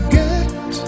get